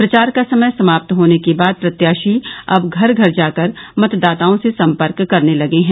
प्रचार का समय समाप्त होने के बाद प्रत्याशी अब घर घर जाकर मतदाताओं से सम्पर्क करने लगे हैं